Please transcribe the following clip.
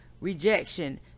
rejection